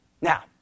Now